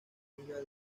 amiga